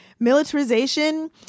Militarization